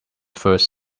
first